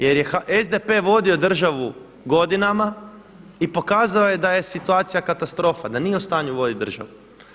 Jer je SDP vodio državu godinama i pokazao je da je situacija katastrofa da nije u stanju voditi državu.